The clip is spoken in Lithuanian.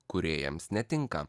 kūrėjams netinka